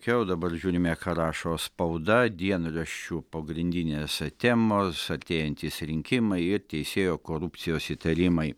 jau dabar žiūrime ką rašo spauda dienraščių pagrindinės temos artėjantys rinkimai ir teisėjų korupcijos įtarimai